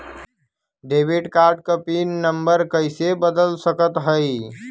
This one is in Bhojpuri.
डेबिट कार्ड क पिन नम्बर कइसे बदल सकत हई?